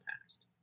past